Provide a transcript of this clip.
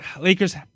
Lakers